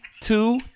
two